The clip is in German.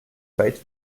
weit